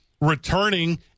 returning